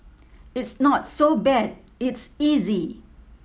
it's not so bad it's easy